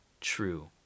true